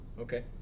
okay